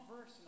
verse